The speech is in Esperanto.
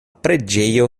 preĝejo